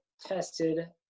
tested